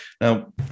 Now